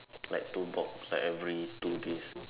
like two box like every two days